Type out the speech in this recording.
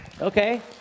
Okay